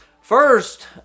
First